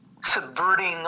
subverting